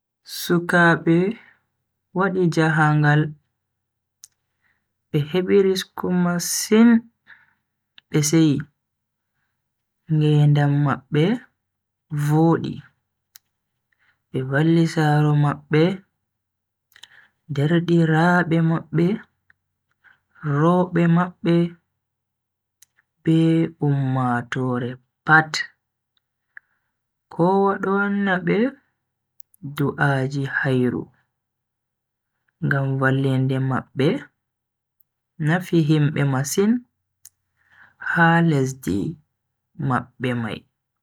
Sukaabe wadi jahangaal be hebi risku masin be seyi, ngedam mabbe vodi. Be valli saro mabbe, derdiraabe mabbe, roobe mabbe, be ummatoore pat. Kowa do wanna be du'aji hairu ngam vallinde mabbe nafi himbe masin ha lesdi mabbe mai.